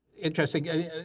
interesting